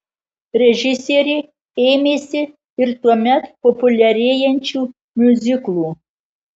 režisierė ėmėsi ir tuomet populiarėjančių miuziklų